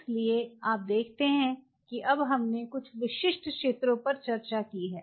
इसलिए आप देखते हैं कि अब हमने कुछ विशिष्ट क्षेत्रों पर चर्चा की है